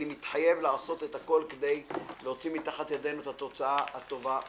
אני מתחייב לעשות הכול כדי להוציא מתחת ידינו את התוצאה הטובה ביותר.